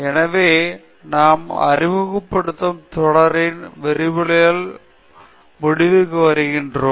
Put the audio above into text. எனவே நாம் அறிமுகத் தொடரின் விரிவுரைகளின் முடிவுக்கு வருகிறோம்